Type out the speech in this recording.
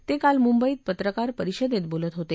ते काल मुंबईत पत्रकार परिषदेत बोलत होते